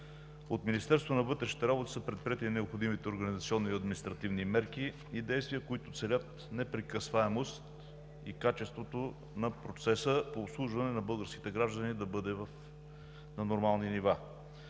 от Министерството на вътрешните работи са предприети необходимите организационни и административни мерки и действия, които целят непрекъсваемост и качеството на процеса по обслужване на българските граждани да бъде в нормални нива.